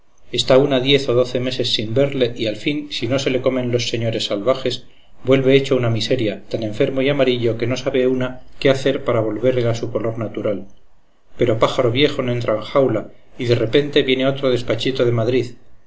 está una diez o doce meses sin verle y al fin si no se le comen los señores salvajes vuelve hecho una miseria tan enfermo y amarillo que no sabe una qué hacer para volverle a su color natural pero pájaro viejo no entra en jaula y de repente viene otro despachito de madrid